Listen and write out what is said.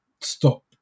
stop